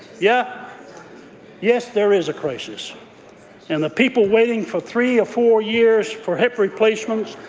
yeah yes, there is a crisis and the people waiting for three or four years for hip replacements,